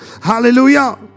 Hallelujah